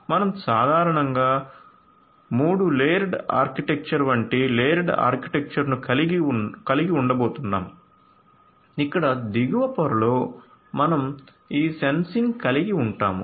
మనం సాధారణంగా 3 layered architecture వంటి లేయర్డ్ ఆర్కిటెక్చర్ను కలిగి ఉండబోతున్నాము ఇక్కడ దిగువ పొరలో మనం ఈ సెన్సింగ్ కలిగి ఉంటాము